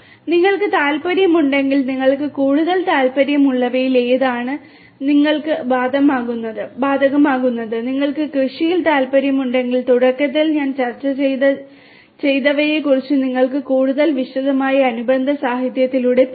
നിങ്ങൾക്ക് താൽപ്പര്യമുണ്ടെങ്കിൽ നിങ്ങൾക്ക് കൂടുതൽ താൽപ്പര്യമുള്ളവയിൽ ഏതാണ് നിങ്ങൾക്ക് ബാധകമാകുന്നത് നിങ്ങൾക്ക് കൃഷിയിൽ താൽപ്പര്യമുണ്ടെങ്കിൽ തുടക്കത്തിൽ ഞാൻ ചർച്ച ചെയ്തവയെക്കുറിച്ച് നിങ്ങൾക്ക് കൂടുതൽ വിശദമായി അനുബന്ധ സാഹിത്യത്തിലൂടെ പോകാം